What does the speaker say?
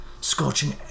scorching